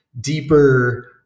deeper